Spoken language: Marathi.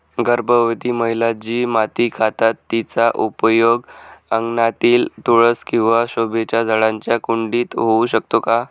गर्भवती महिला जी माती खातात तिचा उपयोग अंगणातील तुळस किंवा शोभेच्या झाडांच्या कुंडीत होऊ शकतो का?